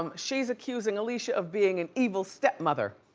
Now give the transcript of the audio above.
um she's accusing alicia of being an evil stepmother.